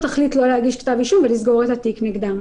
תחליט לא להגיש כתב אישום ולסגור את התיק נגדה.